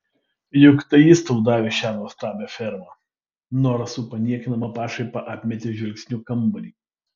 juk tai jis tau davė šią nuostabią fermą nora su paniekinama pašaipa apmetė žvilgsniu kambarį